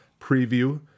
preview